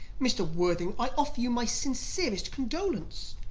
mr. worthing, i offer you my sincere condolence.